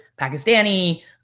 Pakistani